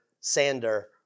sander